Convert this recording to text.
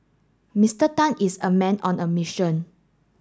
Mister Tan is a man on a mission